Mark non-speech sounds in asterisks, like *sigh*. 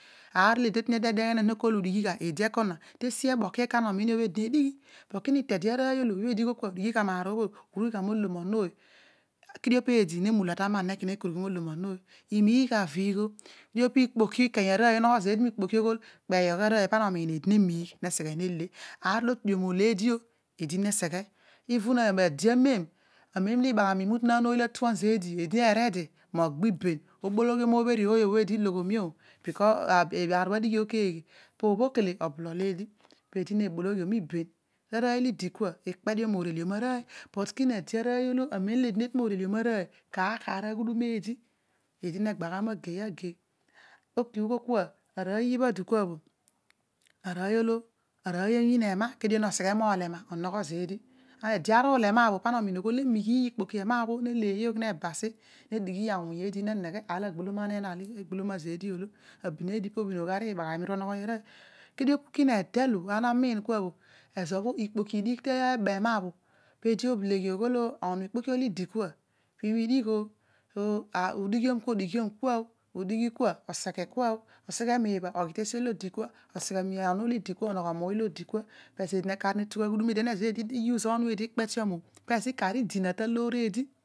Aar olo eedi tatueni etu akol udighi gha eedi ekona. teesi ebokia ekona. ana omiin io obhi eedi nedighi. kedio kin etede arooy olo eedi eghol kua udighi gha maar obho bho. ughurughi gha molom onon ovy. kedio nedi idi nini ne igi ne kurugh. ne mighiiy viigh ne miigh ne seghe hale. aar olo otudio mo oleena. kar aghudum eedi. eedi negba gha inagei ok ughol kna arooy *hesitation* ibha idi kua arooy olo. arooy ogiin ena kedio noseghe moda ena onogho zeedi leedio po ede uru ulo oma pana omiin oghol eedi ne miighogh ema bho ne kegogh basi ne dighi awung eedi. onu ikpo olo idi kuai pa ibha idigh oh. mdighom kua. oseghe. oseghe mibha oghi teesi olo odi kua oh ose munu idikua onogho mooy di kua oh. pizo eedin ikar neghugh avhudum eedino ikar neghugh aghudum eedi den ezo bho eed ukaar isi onu eedi ikpetiom mobho pezo ikar idi tu loor eed